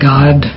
God